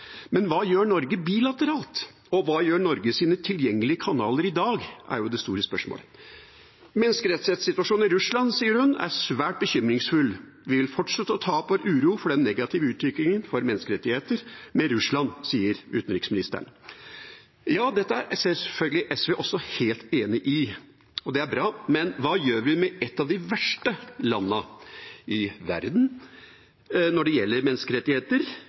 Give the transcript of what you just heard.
men hva gjør Norge bilateralt, og hva gjør Norges tilgjengelige kanaler i dag? Det er jo det store spørsmålet. Utenriksministeren sier også: «Menneskerettighetssituasjonen i Russland er svært bekymringsfull. Vi vil fortsette å ta opp vår uro for den negative utviklingen for menneskerettigheter med Russland.» Dette er selvfølgelig SV også helt enig i, og det er bra, men hva gjør vi med et av de verste landene i verden når det gjelder menneskerettigheter